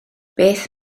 beth